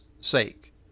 sake